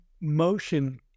motion